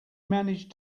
manage